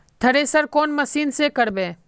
Thresher कौन मशीन से करबे?